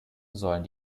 sollen